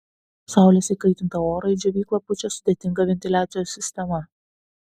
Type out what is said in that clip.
saulės įkaitintą orą į džiovyklą pučia sudėtinga ventiliacijos sistema